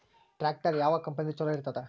Tractor ಯಾವ ಕಂಪನಿದು ಚಲೋ ಇರತದ?